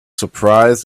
surprised